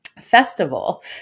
festival